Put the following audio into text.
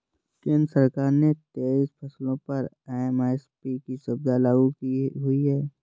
केंद्र सरकार ने तेईस फसलों पर एम.एस.पी की सुविधा लागू की हुई है